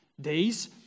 days